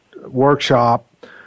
workshop